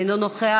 אינו נוכח.